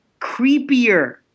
creepier